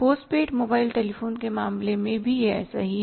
post paid mobile telephone के मामले में भी यह ऐसा ही है